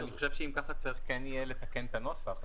אבל חושב שאם כך, צריך כן יהיה לתקן את נוסח.